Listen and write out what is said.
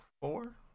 four